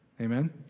Amen